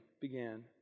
began